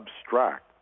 abstract